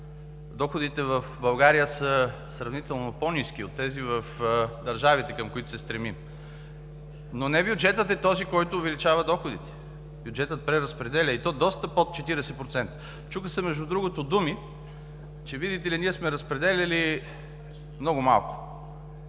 доходите в България са сравнително по-ниски от тези, в държавите, към които се стремим, но не бюджет е този, който увеличава доходите. Бюджетът преразпределя и то доста под 40%. Между другото, се чуха думи, че, видите ли, ние сме разпределяли много малко